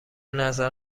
نظر